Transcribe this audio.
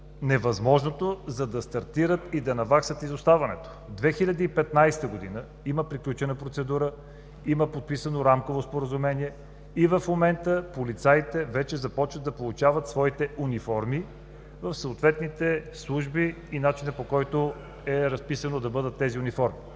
невъзможното, за да стартират и да наваксат изоставането. През 2015 г. има приключена процедура, има подписано рамково споразумение и в момента полицаите вече започват вече да получават своите униформи в съответните служби и по начина, който е разписан да бъдат тези униформи.